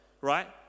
right